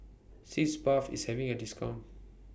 Sitz Bath IS having A discount